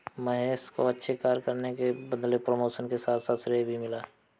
महेश को अच्छे कार्य करने के बदले प्रमोशन के साथ साथ श्रेय भी मिला